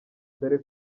dore